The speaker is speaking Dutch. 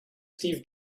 steve